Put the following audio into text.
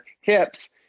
hips